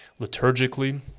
liturgically